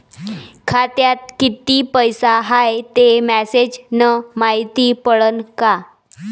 खात्यात किती पैसा हाय ते मेसेज न मायती पडन का?